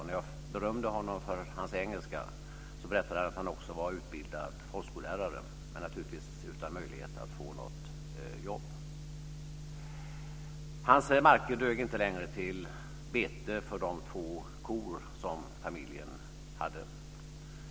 När jag berömde honom för hans engelska berättade han att han också var utbildad folkskolelärare, men naturligtvis utan möjlighet att få något jobb. Hans marker dög inte längre till bete för de två kor som familjen som hade.